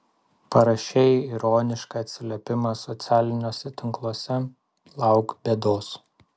parašei ironišką atsiliepimą socialiniuose tinkluose lauk bėdos